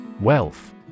Wealth